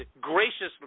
graciously